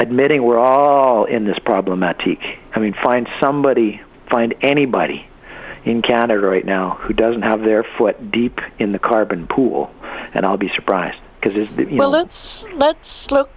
admitting we're all in this problematic i mean find somebody find anybody in canada right now who doesn't have their foot deep in the carbon pool and i'll be surprised because it's well let's